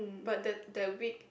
but the that week